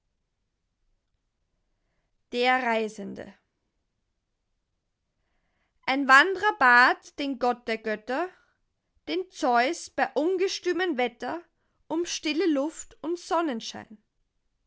der reisende ein wandrer bat den gott der götter den zeus bei ungestümem wetter um stille luft und sonnenschein